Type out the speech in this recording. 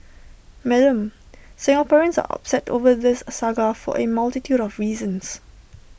Madam Singaporeans are upset over this saga for A multitude of reasons